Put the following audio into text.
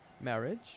marriage